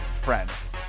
friends